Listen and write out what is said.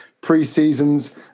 pre-seasons